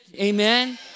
amen